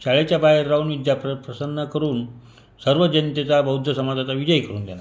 शाळेच्या बाहेर राहून विद्या प्र प्रसन्न करून सर्व जनतेचा बौद्ध समाजाचा विजय करून दिला